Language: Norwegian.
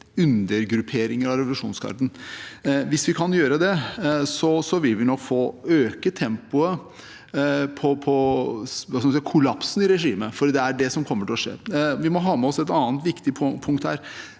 undergrupperinger av revolusjonsgarden. Hvis vi kan gjøre det, vil vi nok få økt tempoet på kollapsen i regimet, for det er det som kommer til å skje. Vi må ha med oss et annet viktig punkt her.